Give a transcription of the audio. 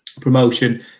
promotion